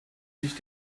sich